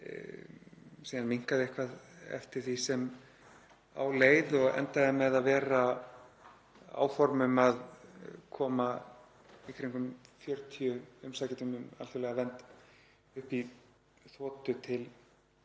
sem minnkaði síðan eitthvað eftir því sem á leið og endaði með að vera áform um að koma í kringum 40 umsækjendum um alþjóðlega vernd upp í þotu til